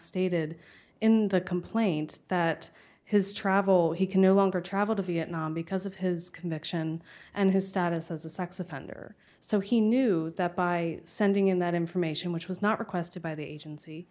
stated in the complaint that his travel he could no longer travel to vietnam because of his conviction and his status as a sex offender so he knew that by sending him that information which was not requested by the agency